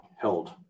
held